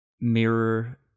mirror